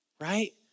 right